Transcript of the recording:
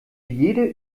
jede